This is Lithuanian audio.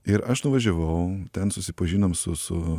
ir aš nuvažiavau ten susipažinom su su